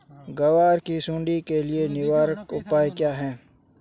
ग्वार की सुंडी के लिए निवारक उपाय क्या है?